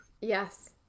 Yes